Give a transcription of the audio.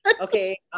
Okay